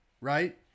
right